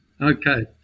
Okay